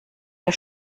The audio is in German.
der